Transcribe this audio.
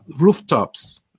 Rooftops